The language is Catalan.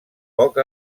poc